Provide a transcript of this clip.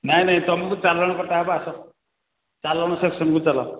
ନାଇଁ ନାଇଁ ତୁମକୁ ଚାଲାଣ କଟାହେବ ଆସ ଚାଲାଣ ସେକ୍ସନ୍କୁ ଚାଲ